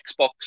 Xbox